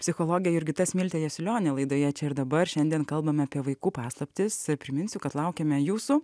psichologė jurgita smiltė jasiulionė laidoje čia ir dabar šiandien kalbame apie vaikų paslaptis ir priminsiu kad laukiame jūsų